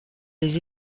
les